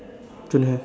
don't have